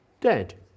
dead